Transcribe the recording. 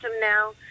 now